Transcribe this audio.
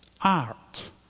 art